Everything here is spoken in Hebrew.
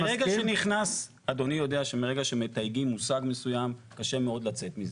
ברגע שמתייגים מושג מסוים, קשה מאוד לצאת מזה.